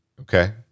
Okay